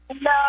No